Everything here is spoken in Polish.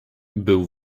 był